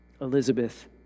Elizabeth